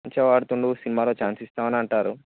మంచిగా పాడుతున్నాడు సినిమాలో ఛాన్స్ ఇస్తాం అంటారు